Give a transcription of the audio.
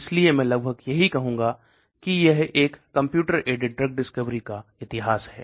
इसलिए मैं लगभग यही कहूंगा की यह एक कंप्यूटर एडेड ड्रग डिस्कवरी का इतिहास है